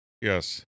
Yes